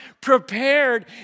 prepared